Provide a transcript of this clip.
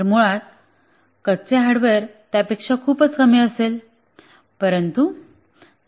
तर मुळात कच्चा हार्डवेअर त्यापेक्षा खूपच कमी असेल